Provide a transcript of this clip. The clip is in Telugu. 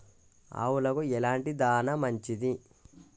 ఆవులకు ఎలాంటి దాణా మంచిది?